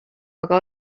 aga